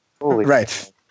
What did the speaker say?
Right